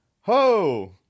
Ho